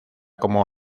como